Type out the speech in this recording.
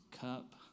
cup